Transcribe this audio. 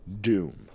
Doom